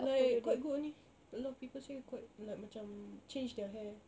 like quite good only a lot of people say quite like macam changed their hair